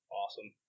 awesome